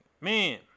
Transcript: Man